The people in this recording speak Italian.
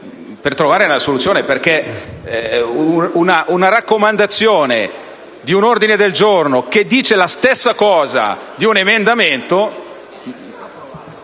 per trovare una soluzione, perché accogliere come raccomandazione un ordine del giorno che dice la stessa cosa di un emendamento